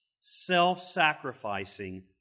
self-sacrificing